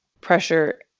pressure